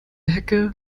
hecke